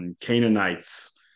Canaanites